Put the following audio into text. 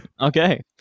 Okay